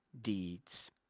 deeds